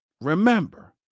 Remember